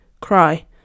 Cry